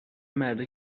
مردا